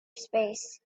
space